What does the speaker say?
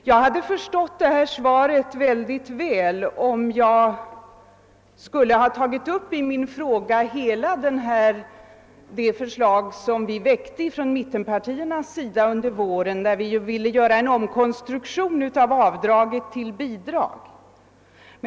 | Jag skulle ha förstått finansministerns svar mycket bra, om jag i min interpellation hade tagit upp hela det förslag som vi från mittenpartierna presenterade under våren, då vi ville göra en omkonstruktion av avdraget så att det blev ett bidrag.